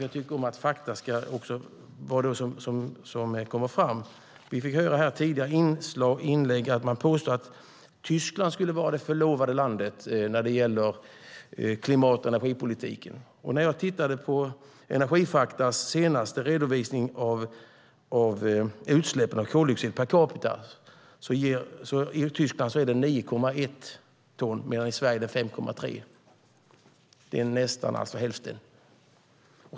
Jag tycker om att fakta ska komma fram. Vi fick höra i tidigare inlägg att Tyskland skulle vara det förlovade landet när det gäller klimat och energipolitiken. När jag tittade på Energifaktas senaste redovisning av utsläpp av koldioxid per capita visade det sig att det i Tyskland är 9,1 ton medan det i Sverige är 5,3 ton. Det är alltså nästan hälften.